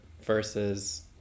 versus